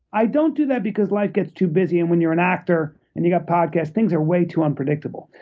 i don't do that because life gets too busy, and when you're an actor, and you've got podcasts, things are way too unpredictable.